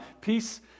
Peace